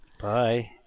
Bye